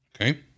Okay